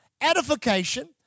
edification